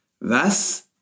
Thus